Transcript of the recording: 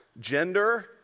gender